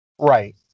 Right